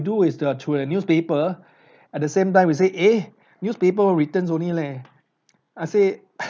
do is uh through a newspaper at the same time we say eh newspaper returns only leh I said